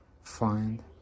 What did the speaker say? Find